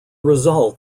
result